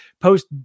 post